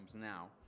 now